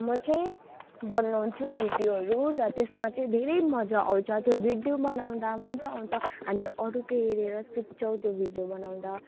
म चाहिँ बनाउँछु भडियोहरू र त्यसमा चाहिँ धेरै मजा आउँछ त्यो भिडियो बनाउँदा मजा आउँछ हामी अरूकै हेरेर सिक्छौँ त्यो भिडियो बनाउँदा